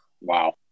Wow